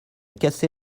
cassé